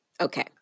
Okay